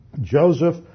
Joseph